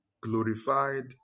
glorified